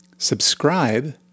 subscribe